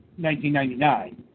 1999